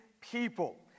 people